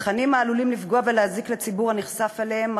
תכנים העלולים לפגוע ולהזיק לציבור הנחשף אליהם.